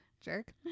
Jerk